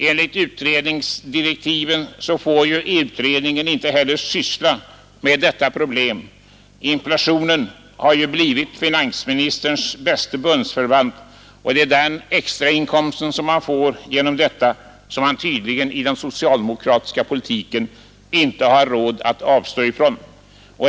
Enligt utredningsdirektiven får utredningen inte heller syssla med detta problem. Inflationen har blivit finansministerns bäste bundsförvant. Den extrainkomst man får genom inflationen har man tydligen med den socialdemokratiska politiken inte råd att avstå från.